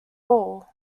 all